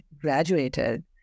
graduated